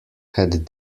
had